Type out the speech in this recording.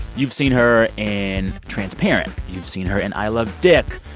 you've seen her in transparent. you've seen her in i love dick.